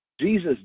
jesus